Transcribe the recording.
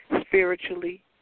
Spiritually